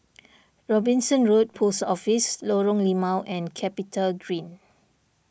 Robinson Road Post Office Lorong Limau and CapitaGreen